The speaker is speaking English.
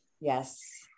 Yes